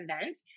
event